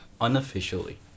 Unofficially